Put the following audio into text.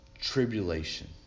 tribulation